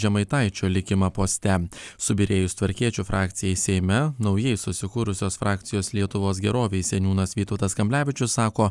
žemaitaičio likimą poste subyrėjus tvarkiečių frakcijai seime naujai susikūrusios frakcijos lietuvos gerovei seniūnas vytautas kamblevičius sako